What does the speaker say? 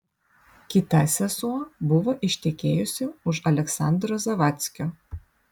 kita sesuo buvo ištekėjusi už aleksandro zavadckio